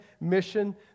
mission